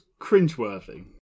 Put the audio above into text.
cringeworthy